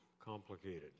complicated